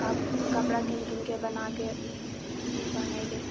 कपड़ा कीनि कीनिकऽ बनाकऽ पहनै लए